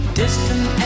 distant